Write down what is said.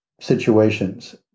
situations